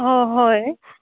ह हय